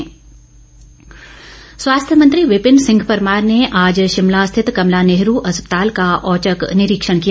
विपिन परमार स्वास्थ्य मंत्री विपिन सिंह परमार ने आज शिमला स्थित कमला नेहरू अस्पताल का औचक निरीक्षण किया